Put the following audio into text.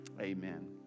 Amen